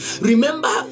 Remember